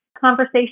conversation